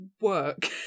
work